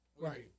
Right